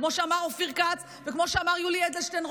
כמו שאמר אופיר כץ וכמו שאמר יולי אדלשטיין,